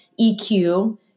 EQ